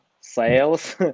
sales